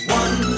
one